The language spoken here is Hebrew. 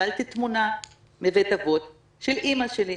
קיבלתי תמונה מבית האבות של אימא שלי,